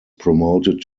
promoted